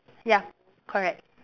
ya correct